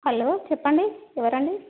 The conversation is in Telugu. హలో చెప్పండి ఎవరు అండి